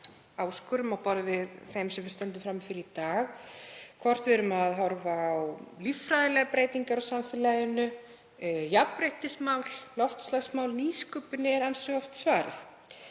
á áskorunum á borð við þær sem við stöndum frammi fyrir í dag, hvort við horfum á líffræðilegar breytingar á samfélaginu, jafnréttismál, loftslagsmál; nýsköpun er ansi oft svarið.